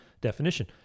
definition